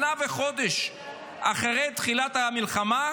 שנה וחודש אחרי תחילת המלחמה,